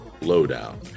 Lowdown